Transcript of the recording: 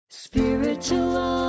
Spiritual